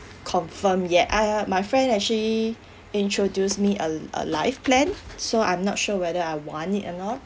confirm yet I my friend actually introduce me a a life plan so I'm not sure whether I want it or not